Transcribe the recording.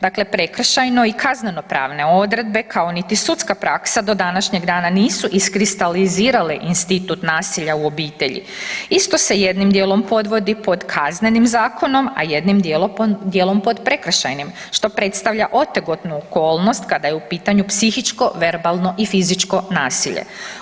Dakle prekršajno i kaznenopravne odredbe kao niti sudska praska do današnjeg dana nisu iskristalizirale institut nasilja u obitelji, isto se jednim dijelom podvodi pod KZ-om, a jednim dijelom pod prekršajnim što predstavlja otegotnu okolnost kada je u pitanju psihičko, verbalno i fizičko nasilje.